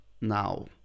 now